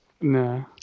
no